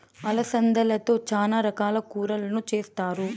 అలసందలతో చానా రకాల కూరలను చేస్తారు